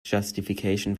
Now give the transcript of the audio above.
justification